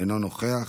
אינו נוכח,